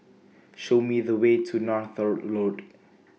Show Me The Way to Northolt Road